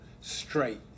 straight